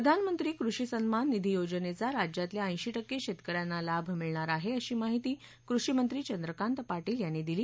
प्रधानमंत्री कृषी सन्मान निधी योजनेचा राज्यातल्या ऐशी टक्के शेतकऱ्यांना लाभ मिळणार आहे अशी माहिती कृषी मंत्री चंद्रकांत पाटील यांनी दिली